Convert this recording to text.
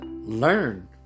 learn